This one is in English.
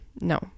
No